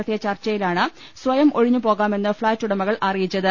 നടത്തിയ ചർച്ചയിലാണ് സ്വയം ഒഴിഞ്ഞു പോകാമെന്ന് ഫ്ളാറ്റുടമകൾ അറിയിച്ചത്